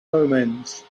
omens